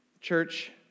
Church